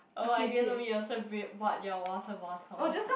oh I didn't know me also bou~ bought your water bottle